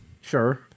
Sure